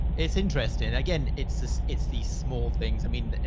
it's interesting. again, it's this, it's these small things. i mean,